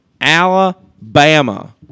Alabama